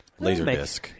Laserdisc